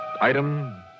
Item